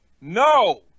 No